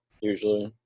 usually